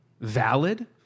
valid